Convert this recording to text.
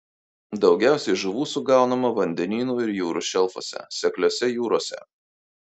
daugiausiai žuvų sugaunama vandenynų ir jūrų šelfuose sekliose jūrose